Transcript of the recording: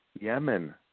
Yemen